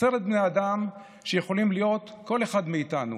10,000 בני אדם שיכולים להיות כל אחד מאיתנו.